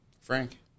Frank